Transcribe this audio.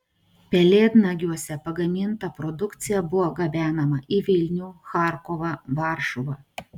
pelėdnagiuose pagaminta produkcija buvo gabenama į vilnių charkovą varšuvą